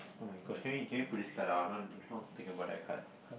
oh-my-gosh can we can we put out this card I don't want I don't know what to think about that card